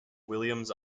williams